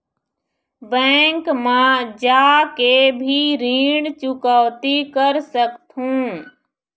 Bank मा जाके भी ऋण चुकौती कर सकथों?